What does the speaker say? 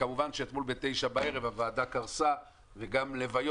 וכמובן שאתמול ב-21:00 הוועדה קרסה והיו